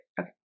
okay